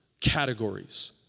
categories